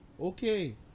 okay